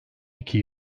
iki